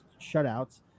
shutouts